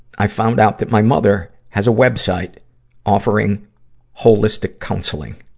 i found out that my mother has a web site offering holistic counseling.